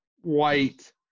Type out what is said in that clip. white